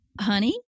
honey